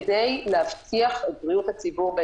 כדי להבטיח את בריאות הציבור.